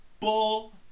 Bull